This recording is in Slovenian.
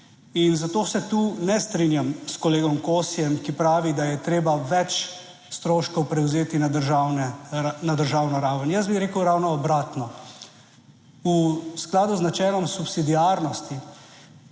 In zato se tu ne strinjam s kolegom Kosijem, ki pravi, da je treba več stroškov prevzeti na državno raven. Jaz bi rekel ravno obratno. V skladu z načelom subsidiarnosti